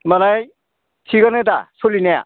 होनबालाय थिगैनो दा सोलिनाया